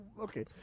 okay